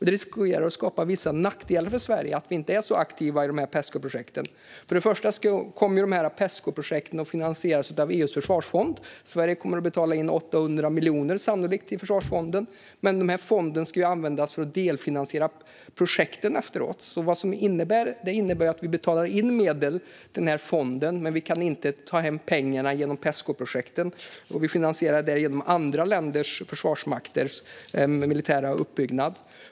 Det riskerar att skapa vissa nackdelar för Sverige att vi inte är så aktiva i Pescoprojekten. För det första kommer Pescoprojekten att finansieras av EU:s försvarsfond. Sverige kommer sannolikt att betala in 800 miljoner i försvarsfonden. Den fonden ska användas för att delfinansiera projekten efteråt. Det innebär att vi betalar in medel till fonden men att vi inte kan ta hem pengarna genom Pescoprojekten. Vi finansierar därigenom andra länders försvarsmakters militära uppbyggnad.